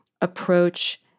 approach